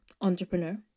entrepreneur